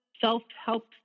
self-help